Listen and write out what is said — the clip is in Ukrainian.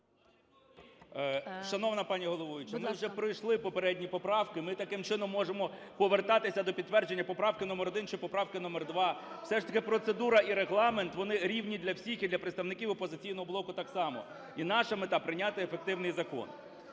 ласка. КНЯЖИЦЬКИЙ М.Л. Ми вже пройшли попередні поправки, ми таким чином можемо повертатися до підтвердження поправки номер 1 чи поправки номер 2, все ж таки процедура і Регламент - вони рівні для всіх, і для представників "Опозиційного блоку" так само. І наша мета – прийняти ефективний закон.